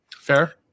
Fair